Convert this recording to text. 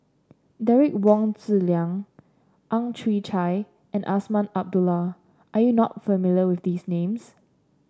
Derek Wong Zi Liang Ang Chwee Chai and Azman Abdullah are you not familiar with these names